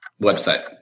Website